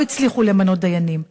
לא הצליחו למנות דיינים.